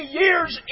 years